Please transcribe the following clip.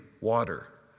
water